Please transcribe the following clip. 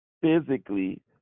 physically